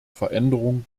veränderung